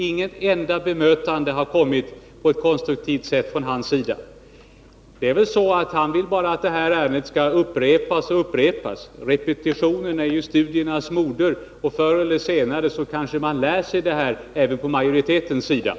Inget enda bemötande kom från Thure Jadestig på ett konstruktivt sätt. Han vill bara att detta ärende skall upprepas och upprepas. Men repetition är ju studiernas moder, och förr eller senare kanske även majoriteten lär sig något.